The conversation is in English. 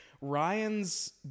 Ryan's